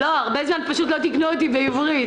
שבאמת לא אהב אתה עיתוי ותתחילו להביע עמדות עצמאיות.